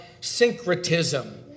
syncretism